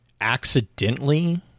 accidentally